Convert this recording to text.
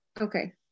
Okay